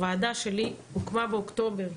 הוועדה שלי הוקמה באוקטובר,